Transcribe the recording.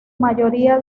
mayoría